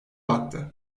baktı